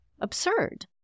absurd